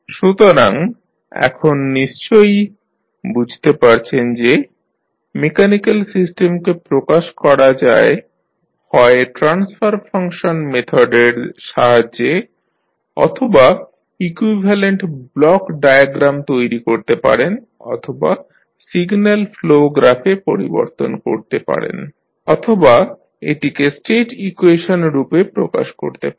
সুতরাং এখন নিশ্চই বুঝতে পারছেন যে মেকানিক্যাল সিস্টেমকে প্রকাশ করা যায় হয় ট্রান্সফার ফাংশন মেথডের সাহায্যে অথবা ইকুইভ্যালেন্ট ব্লক ডায়াগ্রাম তৈরী করতে পারেন অথবা সিগন্যাল ফ্লো গ্রাফে পরিবর্তন করতে পারেন অথবা এটিকে স্টেট ইকুয়েশন রূপে প্রকাশ করতে পারেন